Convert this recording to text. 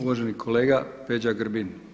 Uvaženi kolega Peđa Grbin.